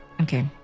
Okay